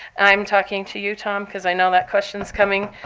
i'm talking to you, tom, because i know that question is coming.